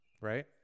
right